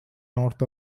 north